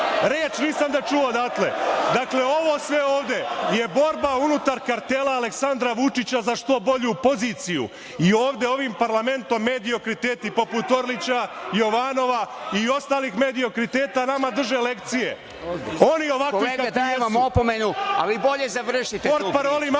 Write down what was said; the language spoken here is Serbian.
Reč da nisam čuo odatle. Ovo sve ovde je borba unutar kartela Aleksandra Vučića za što bolju poziciju i ovde ovim parlamentom mediokriteti poput Orlića, Jovanova i ostalih mediokriteta nama drže lekcije. Oni ovakvi … **Stojan Radenović** Kolega, dajem vam opomenu, a vi bolje završite.